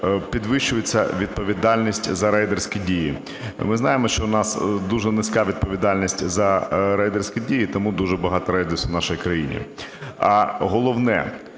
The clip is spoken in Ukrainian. підвищується відповідальність за рейдерські дії. Ми знаємо, що у нас дуже низька відповідальність за рейдерські дії, тому дуже багато рейдерств в нашій країні. А головне,